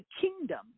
kingdom